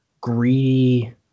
greedy